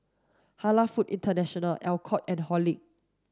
Halal Food International Alcott and Horlick